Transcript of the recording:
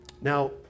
Now